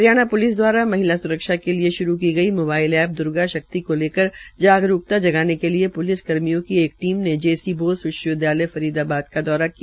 Haryana police दवारा महिला स्रक्षा के लिए श्रू की गई मोबाइल ऐप द्र्गा शक्ति को लेकर जागरूकता जगाने के लिए प्लिस कर्मियों की एक टीम ने जे सी बी बोस विश्वविद्यालय फरीदाबाद का दौरान किया